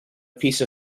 piece